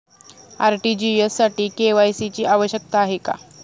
RTGS साठी KYC ची आवश्यकता आहे का?